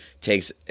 takes